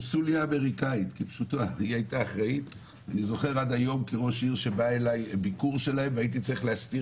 אני זוכר עד היום שכשבאו אלי לביקור הייתי צריך להסתיר